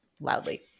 loudly